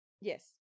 yes